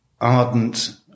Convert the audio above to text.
Ardent